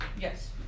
Yes